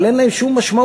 אבל אין להן שום משמעות.